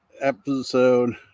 episode